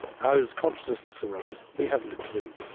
how does consciousness arise? we haven't a clue.